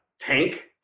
tank